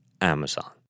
Amazon